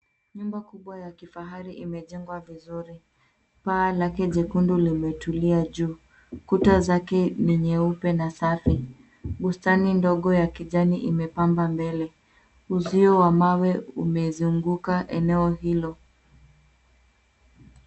Nyumba kubwa ya kifahari imejengwa vizuri. Paa lake jekundu limetulia juu. Kuta zake ni nyeupe na safi. Bustani ndogo ya kijani imepamba mbele. Uzio wa mawe umezunguka eneo hilo.